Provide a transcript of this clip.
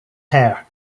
hair